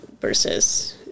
versus